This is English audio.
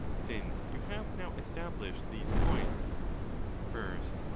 since you have now established these points first,